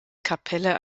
kapelle